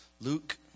Luke